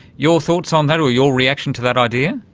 your thoughts on that or your reaction to that idea?